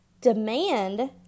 Demand